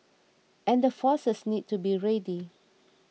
and the forces need to be ready